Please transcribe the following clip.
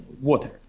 water